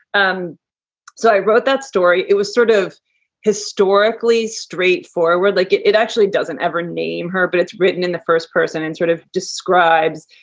um so i wrote that story. it was sort of historically straight forward. like it it actually doesn't ever name her, but it's written in the first person and sort of describes,